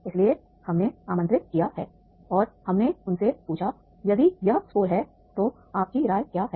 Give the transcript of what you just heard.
इसलिए हमने आमंत्रित किया है और हमने उनसे पूछा यदि यह स्कोर है तो आपकी राय क्या है